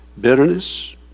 bitterness